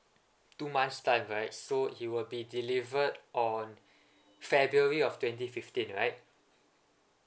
two months time right so he will be delivered on february of twenty fifteen right